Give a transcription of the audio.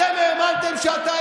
אתם האמנתם שאתה,